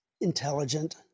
intelligent